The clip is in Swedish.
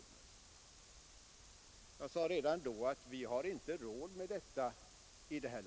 Jag sade redan då att vi inte har råd med detta i vårt land.